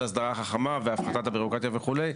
הסדרה חכמה והפחתת הבירוקרטיה וכולה,